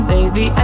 Baby